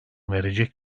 verecek